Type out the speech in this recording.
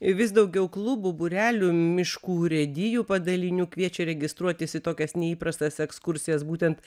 vis daugiau klubų būrelių miškų urėdijų padalinių kviečia registruotis į tokias neįprastas ekskursijas būtent